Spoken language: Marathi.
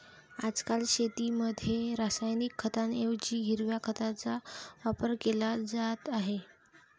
आजकाल शेतीमध्ये रासायनिक खतांऐवजी हिरव्या खताचा वापर केला जात आहे